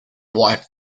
wife